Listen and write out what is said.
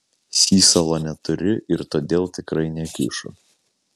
sysalo neturi ir todėl tikrai nekišo